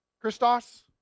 Christos